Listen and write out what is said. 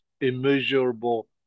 immeasurable